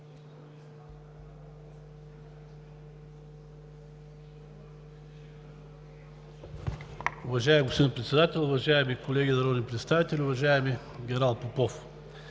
Уважаеми господин Председател, уважаеми колеги народни представители! Уважаеми генерал Попов,